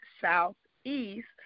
Southeast